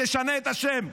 תשנה את השם,